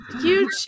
huge